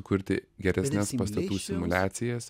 kurti geresnes pastatų simuliacijas